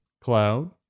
Cloud